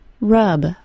Rub